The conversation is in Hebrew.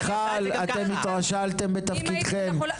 מיכל, אתם התרשלתם בתפקידכם.